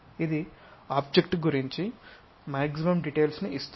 ఇది ఆబ్జెక్ట్ గురించి maximum details ను ఇస్తుంది